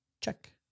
Check